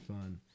fun